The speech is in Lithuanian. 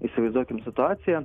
įsivaizduokim situaciją